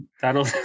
that'll